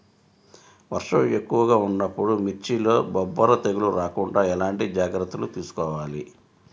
వర్షం ఎక్కువగా ఉన్నప్పుడు మిర్చిలో బొబ్బర తెగులు రాకుండా ఎలాంటి జాగ్రత్తలు తీసుకోవాలి?